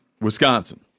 Wisconsin